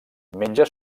menja